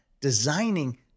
designing